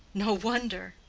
no wonder.